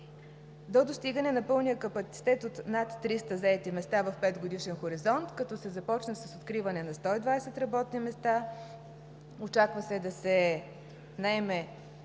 до достигане на пълния капацитет от над 300 заети места в петгодишен хоризонт, като се започне с откриване на 120 работни места. Очаква се да се наеме